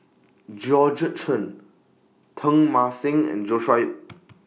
Georgette Chen Teng Mah Seng and Joshua Ip